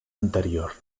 anterior